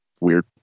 weird